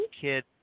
kid